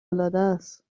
العادست